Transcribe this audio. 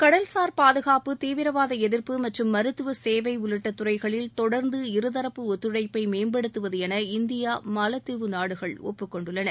கடல்சார் பாதுகாப்பு தீவிரவாத எதிர்ப்பு மற்றும் மருத்துவ சேவை உள்ளிட்ட துறைகளில் தொடர்ந்து இருதரப்பு ஒத்துழைப்பை மேம்படுத்துவ என இந்தியா மாலத்தீவு நாடுகள் ஒப்புக்கொண்டுள்ளன